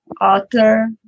author